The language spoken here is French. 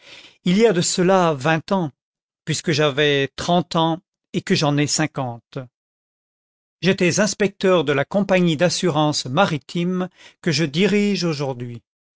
il y a de cela vingt ans puisque j'avais trente ans et que j'en ai cinquante j'étais inspecteur de la compagnie d'assurances maritimes que je dirige aujourd'hui